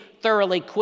thoroughly